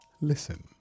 listen